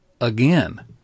again